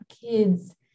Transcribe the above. kids